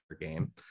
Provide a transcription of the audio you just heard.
game